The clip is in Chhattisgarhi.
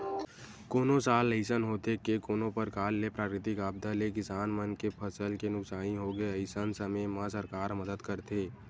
कोनो साल अइसन होथे के कोनो परकार ले प्राकृतिक आपदा ले किसान मन के फसल के नुकसानी होगे अइसन समे म सरकार मदद करथे